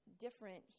different